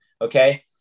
Okay